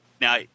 Now